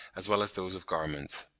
as well as those of garments.